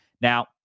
Now